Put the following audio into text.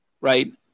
right